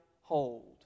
hold